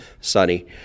sunny